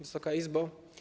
Wysoka Izbo!